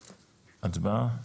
הצבעה.